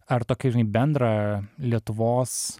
ar tokį bendrą lietuvos